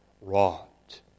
wrought